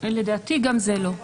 לדעתי גם זה לא.